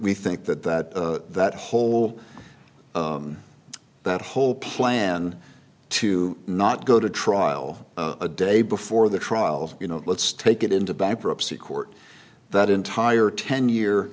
we think that that that whole that whole plan to not go to trial of a day before the trial you know let's take it into bankruptcy court that entire ten year